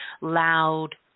loud